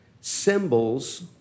symbols